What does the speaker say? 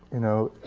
you know,